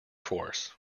force